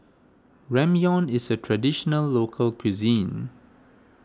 Ramyeon is a Traditional Local Cuisine